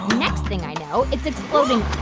next thing i know, it's exploding